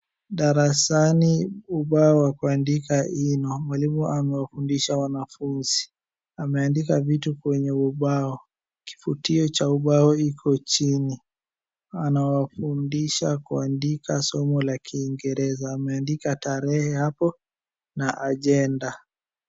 Darasani ubao wa kuandika imo. Mwalimu amewafundisha wanafunzi. Ameandika vitu kwenye ubao. Kifutio cha ubao iko chini. Anawafundisha kuandika somo la Kiingereza. Ameandika tarehe hapo na ajenda.